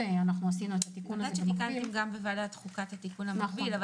אני יודעת שגם תיקנתם בוועדת חוקה את התיקון המקביל אבל